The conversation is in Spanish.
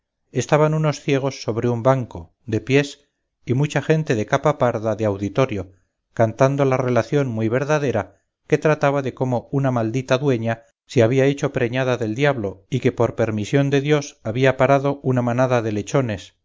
estaban unos ciegos sobre un banco de pies y mucha gente de capa parda de auditorio cantando la relación muy verdadera que trataba de cómo una maldita dueña se había hecho preñada del diablo y que por permisión de dios había parido una manada de lechones